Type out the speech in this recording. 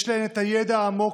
יש להן את הידע העמוק,